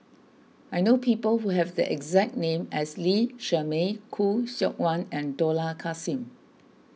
I know people who have the exact name as Lee Shermay Khoo Seok Wan and Dollah Kassim